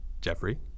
Jeffrey